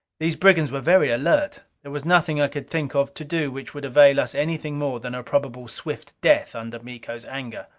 these brigands were very alert. there was nothing i could think of to do which would avail us anything more than a probable swift death under miko's anger.